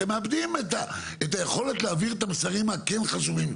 אתם מאבדים את היכולת להעביר את המסרים הכן חשובים.